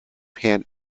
pan